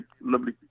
lovely